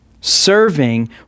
Serving